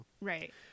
Right